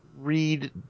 read